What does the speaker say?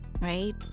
right